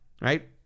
right